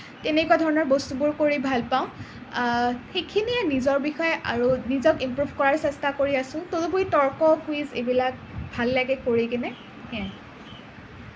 তেনেকুৱা ধৰণৰ বস্তুবোৰ কৰি ভাল পাওঁ সেইখিনিয়ে নিজৰ বিষয়ে আৰু নিজক ইমপ্ৰুভ কৰাৰ চেষ্টা কৰি আছোঁ তদুপৰি তৰ্ক কুইজ এইবিলাক ভাল লাগে কৰি কিনে সেয়াই